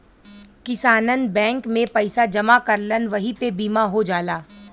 किसानन बैंक में पइसा जमा करलन वही पे बीमा हो जाला